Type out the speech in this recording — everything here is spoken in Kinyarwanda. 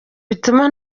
bituma